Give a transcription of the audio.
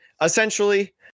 essentially